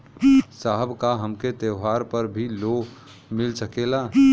साहब का हमके त्योहार पर भी लों मिल सकेला?